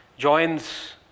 joins